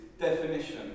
Definition